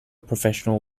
professional